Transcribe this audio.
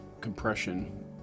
compression